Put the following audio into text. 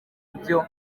byo